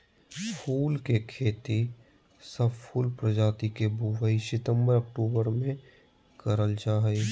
फूल के खेती, सब फूल प्रजाति के बुवाई सितंबर अक्टूबर मे करल जा हई